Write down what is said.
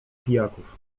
pijaków